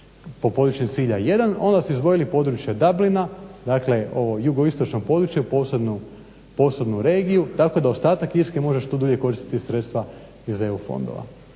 po području cilja 1, onda su izdvojili područje Dublina, dakle ovo JI područje posebnu regiju tako da ostatak Irske može što dulje koristiti sredstva iz EU fondova.